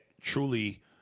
truly